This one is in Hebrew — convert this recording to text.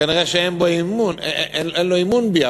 כנראה אין לו אמון בי.